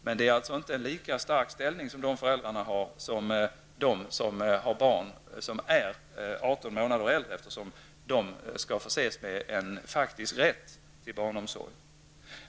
Men kravet är inte lika starkt som för föräldrar med barn över 18 månader. De senare skall förses med en faktisk rätt till barnomsorg.